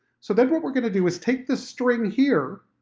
so then what we're going to do, is take this string here,